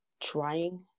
trying